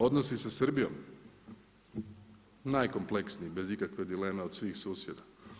Odnosi sa Srbijom, najkompleksniji bez ikakve dileme od svih susjeda.